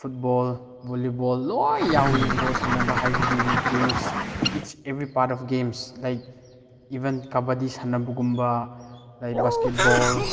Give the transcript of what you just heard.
football volleyball ꯂꯣꯏꯅ ꯌꯥꯎꯏ ball ꯁꯥꯟꯅꯕ ꯍꯥꯏꯕꯗꯤ games it's every part of games like even kabaddi ꯁꯥꯟꯅꯕꯒꯨꯝꯕ ꯂꯥꯏꯛ ꯕꯥꯁꯀꯦꯠꯕꯣꯜ